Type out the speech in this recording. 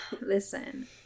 listen